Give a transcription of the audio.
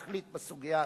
ולהחליט בסוגיה הזאת.